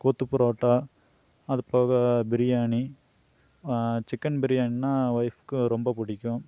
கொத்துப் பரோட்டா அதுபோக பிரியாணி சிக்கன் பிரியாணின்னா ஒய்ஃப்க்கு ரொம்ப பிடிக்கும்